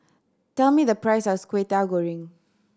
tell me the price of Kwetiau Goreng